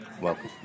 Welcome